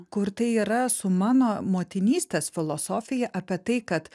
kur tai yra su mano motinystės filosofija apie tai kad